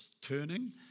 turning